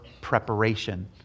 preparation